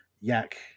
Yak